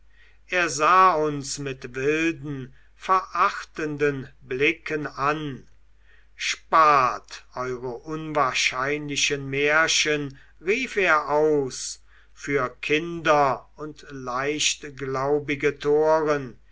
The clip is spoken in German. er sah uns mit wilden verachtenden blicken an spart eure unwahrscheinlichen märchen rief er aus für kinder und leichtglaubige toren